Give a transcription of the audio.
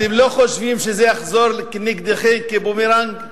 אתם לא חושבים שזה יחזור כבומרנג נגדכם?